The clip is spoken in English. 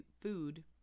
food